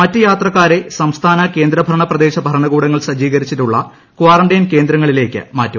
മറ്റു യാത്രക്കാരെ സാസംഥാന കേന്ദ്രഭരണ പ്രദേശ ഭരണകൂടങ്ങൾ സജ്ജീകരിച്ചിട്ടുള്ള ക്വാറന്റീൻ കേന്ദ്രങ്ങളിലേക്ക് മറ്റും